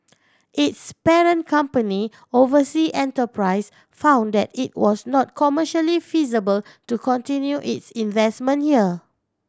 its parent company Oversea Enterprise found that it was not commercially feasible to continue its investment here